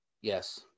yes